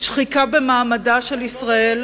שחיקה במעמדה של ישראל,